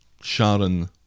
Sharon